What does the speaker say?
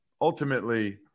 Ultimately